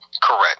Correct